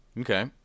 Okay